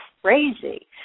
crazy